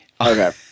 Okay